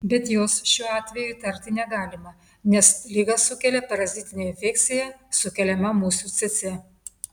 bet jos šiuo atveju įtarti negalima nes ligą sukelia parazitinė infekcija sukeliama musių cėcė